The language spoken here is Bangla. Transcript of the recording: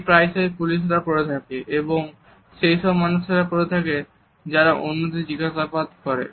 এটি প্রায়শই পুলিশরা করে থাকে এবং সেই সব মানুষরা করে থাকে যারা অন্যদের জিজ্ঞাসাবাদ করে